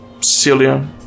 Celia